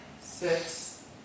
six